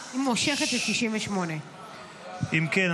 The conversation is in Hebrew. מושכת את 98. אם כן,